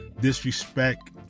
disrespect